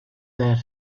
that